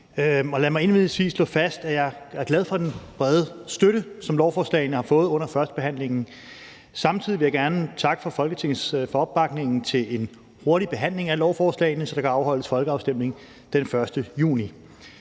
Lad mig indledningsvis slå fast, at jeg er glad for den brede støtte, som lovforslagene har fået under førstebehandlingen. Samtidig vil jeg gerne takke Folketinget for opbakningen til en hurtig behandling af lovforslagene, så der kan afholdes folkeafstemning den 1. juni.